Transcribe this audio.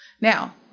Now